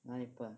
哪里笨